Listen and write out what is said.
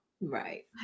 Right